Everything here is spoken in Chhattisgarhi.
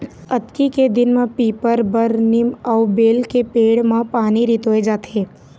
अक्ती के दिन म पीपर, बर, नीम अउ बेल के पेड़ म पानी रितोय जाथे